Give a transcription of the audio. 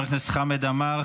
חבר הכנסת חמד עמאר.